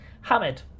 Hamid